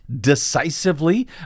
decisively